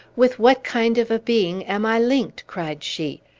with what kind of a being am i linked? cried she.